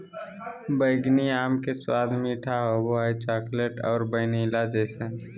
बैंगनी आम के स्वाद मीठा होबो हइ, चॉकलेट और वैनिला जइसन